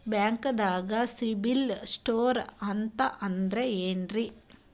ಬ್ಯಾಂಕ್ದಾಗ ಸಿಬಿಲ್ ಸ್ಕೋರ್ ಅಂತ ಅಂದ್ರೆ ಏನ್ರೀ?